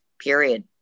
period